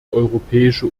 europäische